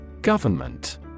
Government